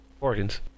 organs